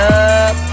up